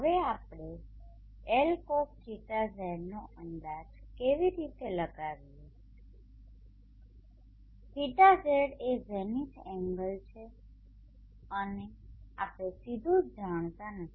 હવે આપણે Lcosθz નો અંદાજ કેવી રીતે લગાવીએ θz એ ઝેનિથ એંગલ છે અને આપણે સીધું જ જાણતા નથી